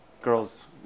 girls